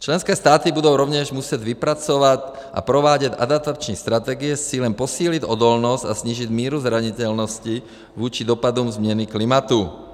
Členské státy budou rovněž muset vypracovat a provádět adaptační strategie s cílem posílit odolnost a snížit míru zranitelnosti vůči dopadům změny klimatu.